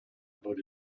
about